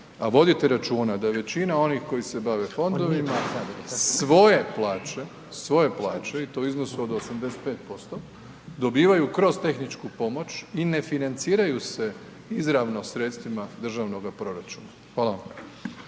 a vodite računa da je većina onih koji se bave fondovima svoje plaće, svoje plaće i to u iznosu od 85% dobivaju kroz tehničku pomoć i ne financiraju se izravno sredstvima državnoga proračuna. Hvala vam.